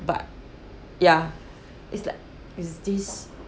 but ya it's like it's this